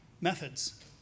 methods